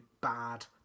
bad